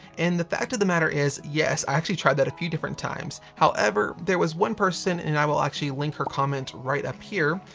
and the fact of the matter is, yes. i actually tried that a few different times. however there was one person, and i will actually link her comment right up here,